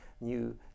new